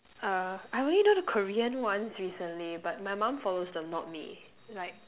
uh I only know the Korean ones recently but my mom follows them not me like